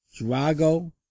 Drago